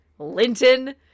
linton